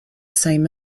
same